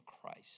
Christ